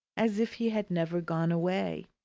as if he had never gone away.